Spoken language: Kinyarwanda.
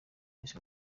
miss